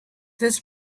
this